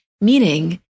meaning